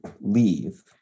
leave